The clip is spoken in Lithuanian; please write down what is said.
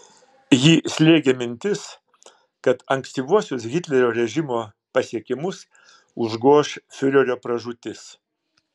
jį slėgė mintis kad ankstyvuosius hitlerio režimo pasiekimus užgoš fiurerio pražūtis